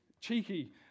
cheeky